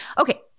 Okay